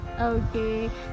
okay